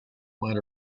might